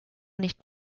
nicht